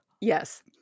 Yes